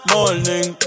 Morning